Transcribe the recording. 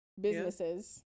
businesses